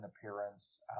appearance